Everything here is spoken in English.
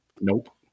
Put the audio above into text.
Nope